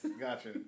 Gotcha